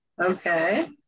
Okay